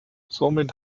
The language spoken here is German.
somit